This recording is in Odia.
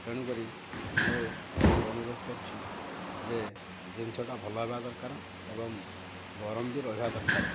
ତେଣୁକରି ମୁଁ ଆପଣଙ୍କୁ ଅନୁରୋଧ କରୁଛି ଯେ ଜିନିଷଟା ଭଲ ହେବା ଦରକାର ଏବଂ ଗରମ ବି ରହିବା ଦରକାର